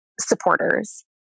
supporters